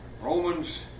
Romans